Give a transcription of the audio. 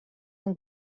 اون